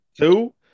Two